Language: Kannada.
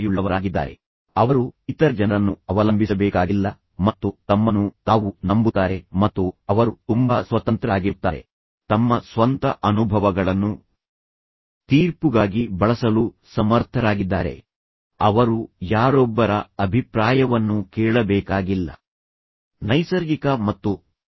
ಈಗ ಇದು ಹೆಚ್ಚಿನ ವಿಚಾರಗಳನ್ನು ಸಂಗ್ರಹಿಸಲು ಮತ್ತು ವಾಸ್ತವಾಂಶಗಳನ್ನು ಪಡೆಯಲು ಪ್ರಯತ್ನಿಸುತ್ತಿರುವ ಚಿಂತನ ಮಂಥನವಾಗಿದೆ ಯಾರು ನೀವು ಆ ಪರಿಸ್ಥಿತಿಯಲ್ಲಿ ಇರಲಿಲ್ಲ ಎಂಬಂತೆ ಏನು ಹೇಳಿದರು ಎಂದು ತಿಳಿಯಿರಿ